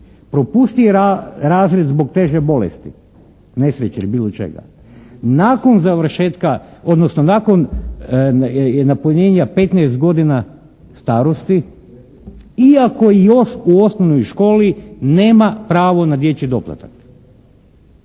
propusti razred zbog teže bolesti, nesreće ili bilo čega nakon završetka odnosno nakon napunjenja petnaest godina starosti iako još u osnovnoj školi nema pravo na dječji doplatak.